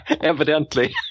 evidently